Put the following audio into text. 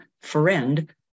friend